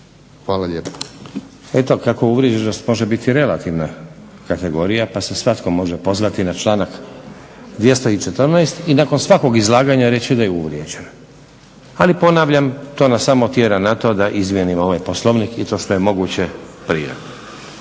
Nenad (SDP)** Eto kako uvrijeđenost može biti relativna kategorija pa se svatko može pozvati na članak 214. i nakon svakog izlaganja reći da je uvrijeđen. Ali ponavljam, to nas samo tjera na to da izmijenimo ovaj Poslovnik i to što je moguće prije.